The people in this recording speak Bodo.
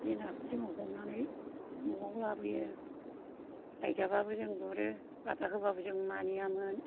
बे नाखौ जोङो हमनानै नआव लाबोयो रायजाबाबो जों गुरो बादा होबाबो जों मानियामोन